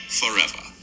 forever